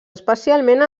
especialment